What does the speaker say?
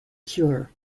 cure